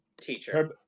teacher